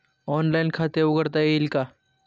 Online खाते उघडता येईल का?